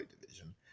division